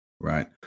Right